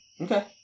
Okay